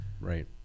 Right